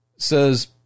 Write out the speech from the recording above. Says